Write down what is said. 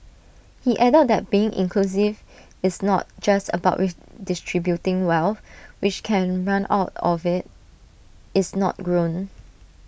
he added that being inclusive is not just about redistributing wealth which can run out if IT is not grown